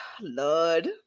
Lord